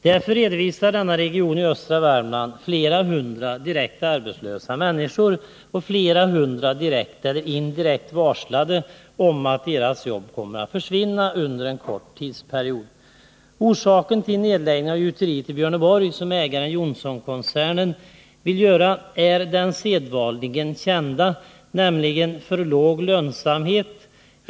Därför redovisar denna region i östra ' Värmland flera hundra direkt arbetslösa människor och flera hundra som direkt eller indirekt är varslade om att deras jobb kommer att försvinna inom en kort tidsperiod. Orsaken till den nedläggning av gjuteriet i Björneborg som ägaren Johnsonkoncernen vill göra är den sedvanliga, nämligen för låg lönsamhet.